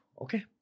Okay